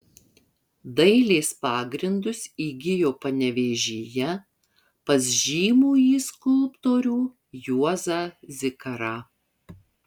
dailės pagrindus įgijo panevėžyje pas žymųjį skulptorių juozą zikarą